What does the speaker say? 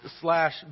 slash